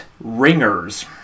ringers